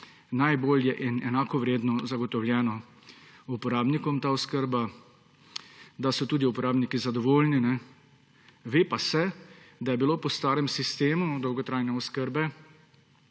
najbolje in enakovredno zagotovljena uporabnikom, da so tudi uporabniki zadovoljni. Ve pa se, da je bilo po starem sistemu dolgotrajne oskrbe